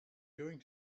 going